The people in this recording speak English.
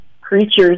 creatures